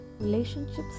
relationships